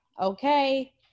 okay